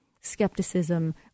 skepticism